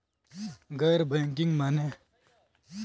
गैर बैंकिंग माने?